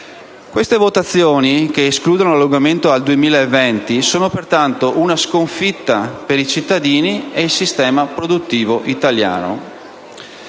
Queste votazioni che escludono l'allungamento al 2020 sono pertanto una sconfitta per i cittadini e il sistema produttivo italiano.